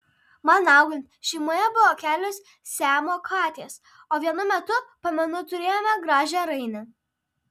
man augant šeimoje buvo kelios siamo katės o vienu metu pamenu turėjome gražią rainę